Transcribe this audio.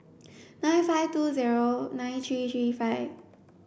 nine five two zero nine three three five